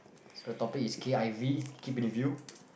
so the topic is k_i_v keep it with you